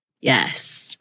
Yes